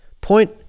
point